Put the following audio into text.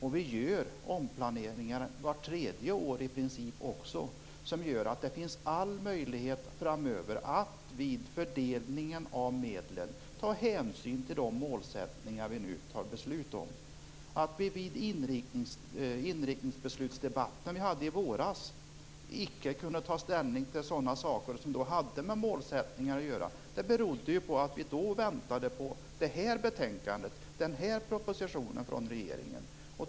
Vi gör också omplaneringar i princip vart tredje år. Det gör att det finns möjlighet framöver att vid fördelningen av medlen ta hänsyn till de målsättningar vi nu fattar beslut om. Att vi vid inriktningsbeslutsdebatten som vi hade i våras inte kunde ta ställning till sådana saker som hade med målsättningar att göra berodde på att vi då väntade på det här betänkandet, den här propositionen från regeringen.